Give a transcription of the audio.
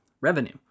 revenue